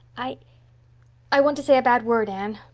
i i want to say a bad word, anne,